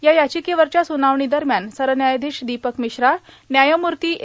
या याचिकेवरच्या सुनावणी दरम्यान सरन्यायाधीश दीपक मिश्रा व्यायमूर्ती ए